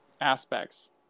aspects